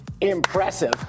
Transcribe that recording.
impressive